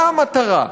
מה המטרה?